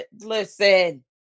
Listen